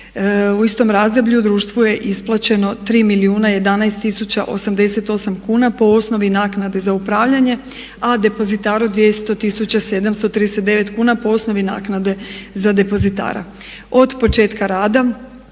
U istom razdoblju društvu je isplaćeno 3 milijuna 11 tisuća 88 kuna po osnovi naknade za upravljanje a depozitaru 200 739 kuna po osnovi naknade za depozitara. Od početka rada